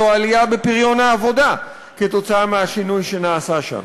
העלייה בפריון העבודה כתוצאה מהשינוי שנעשה שם.